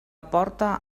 porte